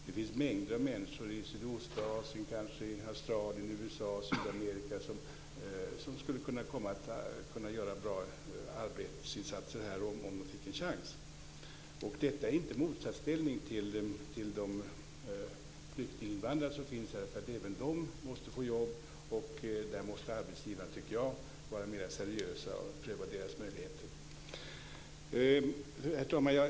Det finns mängder av människor i Sydostasien, kanske i Australien, USA och Sydamerika som skulle kunna göra bra arbetsinsatser här om de fick en chans. Detta är inte i motsatsställning till de flyktinginvandrare som finns här. Även de måste få jobb, och där måste arbetsgivarna vara mer seriösa och pröva deras möjligheter. Herr talman!